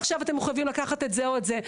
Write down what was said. "עכשיו אתם מחויבים לקחת את זה או את זה".